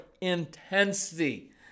intensity